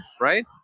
right